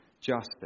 justice